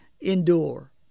endure